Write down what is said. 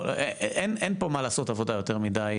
אין פה מה לעשות עבודה יותר מידי,